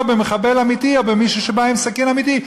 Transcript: במחבל אמיתי או במישהו שבא עם סכין אמיתית,